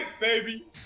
baby